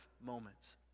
moments